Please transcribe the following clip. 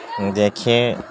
دیکھیے